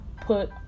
put